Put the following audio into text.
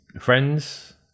friends